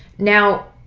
now,